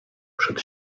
przed